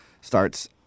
starts